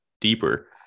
deeper